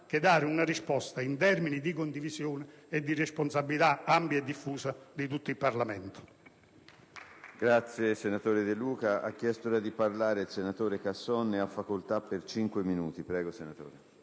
che dare una risposta in termini di condivisione e di responsabilità ampia e diffusa di tutto il Parlamento.